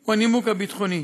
הוא הנימוק הביטחוני.